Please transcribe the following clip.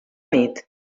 nit